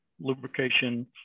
lubrication